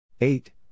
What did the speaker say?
Eight